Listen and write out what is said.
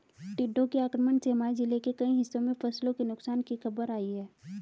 टिड्डों के आक्रमण से हमारे जिले के कई हिस्सों में फसलों के नुकसान की खबर आई है